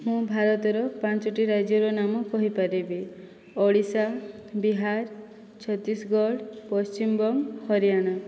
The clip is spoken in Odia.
ମୁଁ ଭାରତର ପାଞ୍ଚୋଟି ରାଜ୍ୟର ନାମ କହିପାରିବି ଓଡ଼ିଶା ବିହାର ଛତିଶଗଡ଼ ପଶ୍ଚିମବଙ୍ଗ ହରିୟାଣା